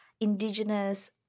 Indigenous